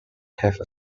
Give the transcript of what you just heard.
have